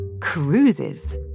cruises